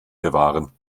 bewahren